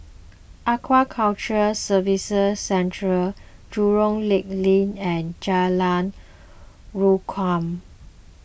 Aquaculture Services Centre Jurong Lake Link and Jalan Rukam